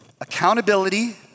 Accountability